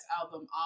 album